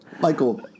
Michael